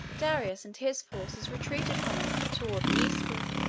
darius and his forces retreated from it toward the eastward,